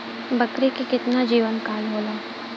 बकरी के केतना जीवन काल होला?